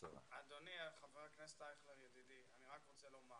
חבר הכנסת אייכלר ידידי, אני רוצה לומר